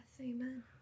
Amen